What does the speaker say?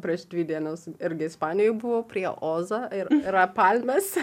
prieš dvi dienos irgi ispanijoj buvo prie ozo ir yra palmės